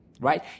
right